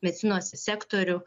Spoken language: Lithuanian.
medicinos sektorių